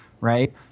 Right